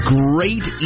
great